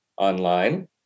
online